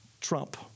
Trump